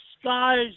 skies